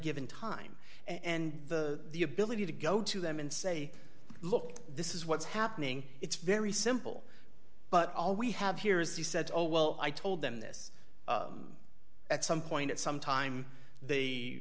given time and the the ability to go to them and say look this is what's happening it's very simple but all we have here is he said oh well i told them this at some point at some time they